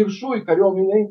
viršui kariuomenėj